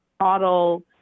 model